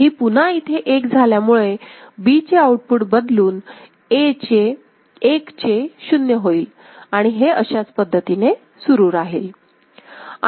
ही पुन्हा इथे 1 झाल्यामुळे B चे आऊटपुट बदलून 1 चे 0 होईल आणि हे अशाच पद्धतीने सुरू राहील